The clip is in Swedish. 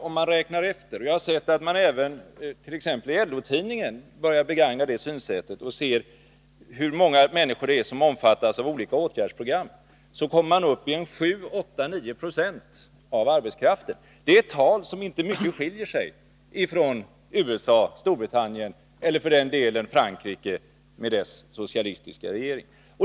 Om man räknar efter — och jag har sett att man även it.ex. LO-tidningen börjar begagna det synsättet — hur många människor som omfattas av olika program för arbetsmarknadsåtgärder, kommer man upp i 7, 8 eller 9 96 av arbetskraften. Det är tal som inte mycket skiljer sig från siffrorna för USA, Storbritannien eller för den delen för Frankrike med dess socialistiska regering.